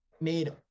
made